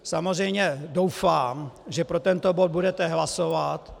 Samozřejmě doufám, že pro tento bod budete hlasovat.